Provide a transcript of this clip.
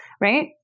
Right